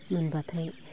मोनब्लाथाय